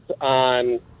on